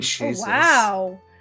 wow